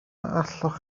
allwch